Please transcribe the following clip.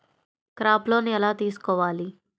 Crop loan ఎలా తీసుకోవాలి?